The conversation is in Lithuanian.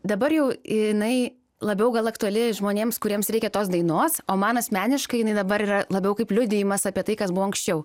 dabar jau inai labiau gal aktuali žmonėms kuriems reikia tos dainos o man asmeniškai jinai dabar yra labiau kaip liudijimas apie tai kas buvo anksčiau